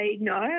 No